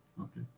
okay